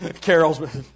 Carol's